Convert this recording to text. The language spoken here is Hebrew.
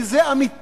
כי זה אמיתי,